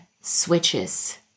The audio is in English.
switches